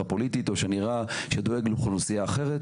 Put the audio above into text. פוליטית או שנראה שדואג לאוכלוסייה אחרת,